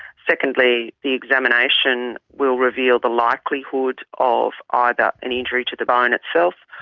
secondly, the examination will reveal the likelihood of either an injury to the bone itself,